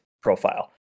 profile